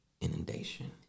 inundation